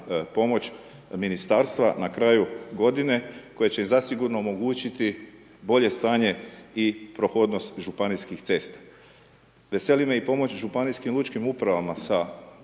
ministarstva na kraju godine koja će i zasigurno omogućiti bolje stanje i prohodnost županijskih cesta. Veseli me i pomoć županijskim lučkim upravama sa